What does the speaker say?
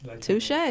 touche